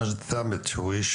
מג'ד ת'אבת שהוא איש